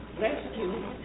rescue